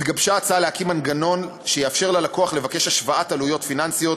התגבשה ההצעה להקים מנגנון שיאפשר ללקוח לבקש השוואת עלויות פיננסיות.